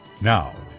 Now